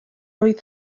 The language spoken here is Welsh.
oedd